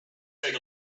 take